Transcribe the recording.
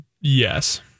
yes